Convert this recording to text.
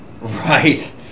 Right